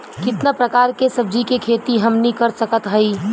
कितना प्रकार के सब्जी के खेती हमनी कर सकत हई?